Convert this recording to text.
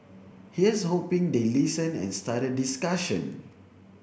here's hoping they listen and start a discussion